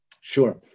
Sure